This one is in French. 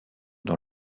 dans